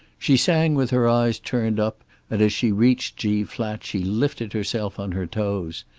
she sang with her eyes turned up, and as she reached g flat she lifted herself on her toes.